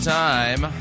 time